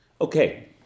Okay